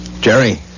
Jerry